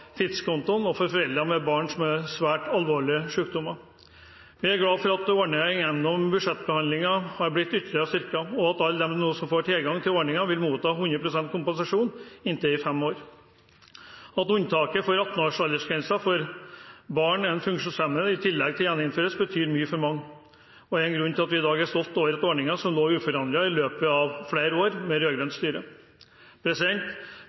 tidskontoen for foreldre med barn som har svært alvorlige sykdommer. Vi er glad for at ordningen har blitt ytterligere styrket gjennom budsjettbehandlingen, og at alle de som nå får tilgang til ordningen, vil motta 100 pst. kompensasjon i inntil fem år. At unntaket fra 18-årsgrensen for barn med en funksjonshemming i tillegg gjeninnføres, betyr mye for mange og er en grunn til at vi i dag er stolte over en ordning som lå uforandret i flere år med rød-grønt styre. Budsjettenigheten vi nå har kommet fram til med